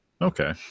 Okay